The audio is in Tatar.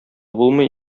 булмый